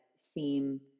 seem